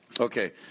Okay